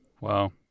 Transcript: wow